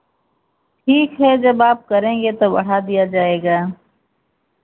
ठीक है जब आप करेंगे तो बढ़ा दिया जाएगा